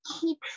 keep